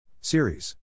Series